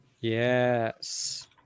Yes